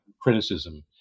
criticism